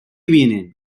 vienen